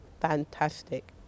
fantastic